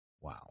wow